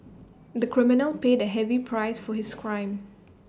the criminal paid A heavy price for his crime